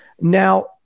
now